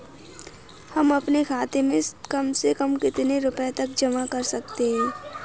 हम अपने खाते में कम से कम कितने रुपये तक जमा कर सकते हैं?